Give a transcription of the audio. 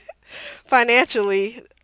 financially